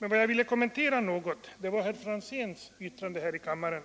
Så några synpunkter med anledning av herr Franzéns yttrande här i kammaren.